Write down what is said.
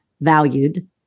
valued